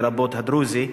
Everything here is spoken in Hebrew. לרבות הדרוזי,